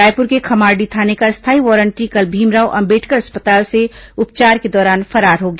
रायपुर के खम्हारडीह थाने का स्थायी वारंटी कल भीमराव अंबेडकर अस्पताल से उपचार के दौरान फरार हो गया